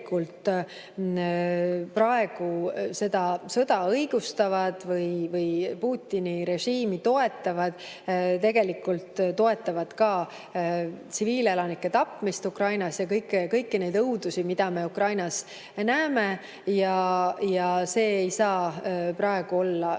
praegu seda sõda õigustavad või Putini režiimi toetavad, toetavad ka tsiviilelanike tapmist Ukrainas ja kõiki neid õudusi, mida me Ukrainas näeme, ja see ei saa praegu mitte